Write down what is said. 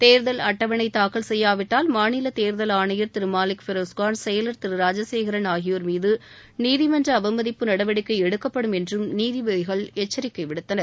தேர்தல் அட்டவணை தாக்கல் செய்யாவிட்டால் மாநில தேர்தல் ஆணையர் திரு மாலிக் பெரோஸ்கான் செயலர் திரு ராஜசேகரன் ஆகியோர் மீது நீதிமன்ற அவமதிப்பு நடவடிக்கை எடுக்கப்படும் என்றும் நீதிபதிகள் எச்சரிக்கை விடுத்தனர்